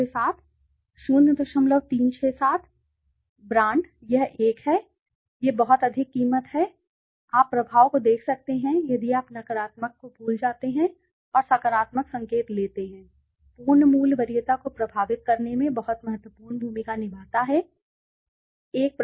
1867 0367 brand यह एक है ठीक है यह बहुत अधिक कीमत है हाँ आप प्रभाव को देख सकते हैं यदि आप नकारात्मक को भूल जाते हैं और सकारात्मक संकेत लेते हैं पूर्ण मूल्य मूल्य वरीयता को प्रभावित करने में बहुत महत्वपूर्ण भूमिका निभाता है ठीक इसी तरह सील भी